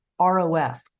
ROF